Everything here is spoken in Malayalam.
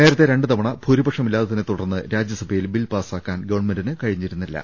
നേരത്തെ രണ്ടുതവണ ഭൂരിപക്ഷമില്ലാത്തതിനെത്തുടർന്ന് രാജ്യസഭയിൽ ബിൽ പാസ്സാക്കാൻ ഗവൺമെന്റിന് കഴിഞ്ഞിരുന്നില്ല